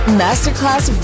masterclass